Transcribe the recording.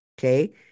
Okay